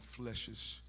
fleshes